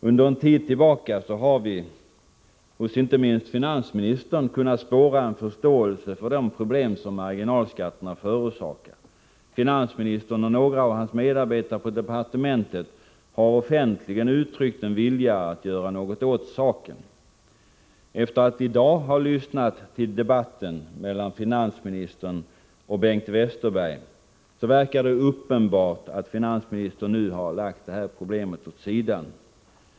Under en tid tillbaka har vi hos inte minst finansministern kunnat spåra en förståelse för de problem som marginalskatterna förorsakar. Finansministern och några av hans medarbetare på departementet har offentligen uttryckt en vilja att göra något åt saken. Efter att i dag ha lyssnat till debatten mellan finansministern och Bengt Westerberg har jag känslan av att finansministern uppenbarligen lagt problemet åt sidan.